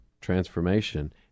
transformation